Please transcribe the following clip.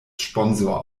sponsor